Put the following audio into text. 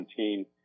2017